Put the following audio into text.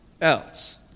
else